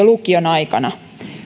lukion aikana